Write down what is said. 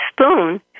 spoon